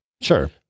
Sure